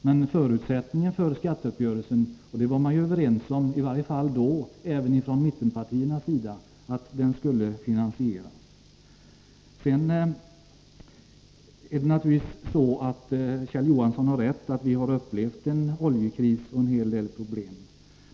Men förutsättningen för skatteuppgörelsen — det var även mittenpartierna, i varje fall då, införstådda med — var att den skulle finansieras. Kjell Johansson har naturligtvis rätt i att vi har upplevt en hel del problem i samband med oljekrisen.